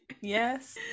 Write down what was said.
yes